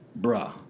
bruh